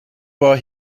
war